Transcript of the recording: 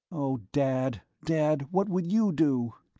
oh, dad, dad, what would you do?